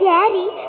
Daddy